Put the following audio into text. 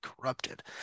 corrupted